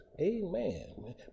Amen